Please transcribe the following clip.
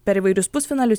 per įvairius pusfinalius